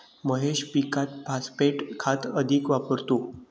महेश पीकात फॉस्फेट खत अधिक वापरतो